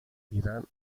irán